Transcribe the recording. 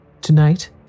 Tonight